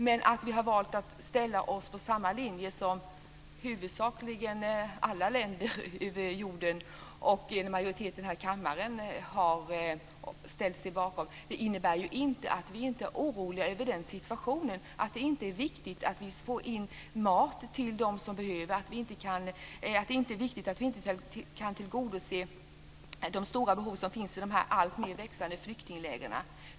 Men att vi har valt att ställa oss på samma linje som den huvudsakliga delen av länderna jorden över och majoriteten här i kammaren innebär inte att vi inte är oroliga över situationen och att det inte är viktigt att vi får in mat till dem som behöver och kan tillgodose de stora behov som finns i de växande flyktinglägren.